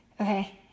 Okay